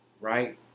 right